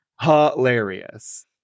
Hilarious